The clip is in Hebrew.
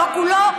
לא כולו,